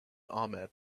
ahmed